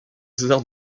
césar